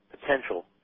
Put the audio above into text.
potential